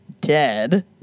dead